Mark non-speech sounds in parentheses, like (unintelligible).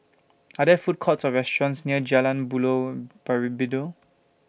Are There Food Courts Or restaurants near Jalan Buloh (unintelligible)